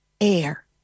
air